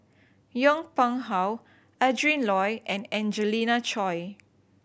Yong Pung How Adrin Loi and Angelina Choy